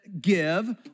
give